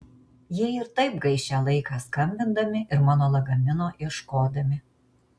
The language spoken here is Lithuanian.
jie ir taip gaišę laiką skambindami ir mano lagamino ieškodami